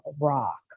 rock